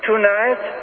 Tonight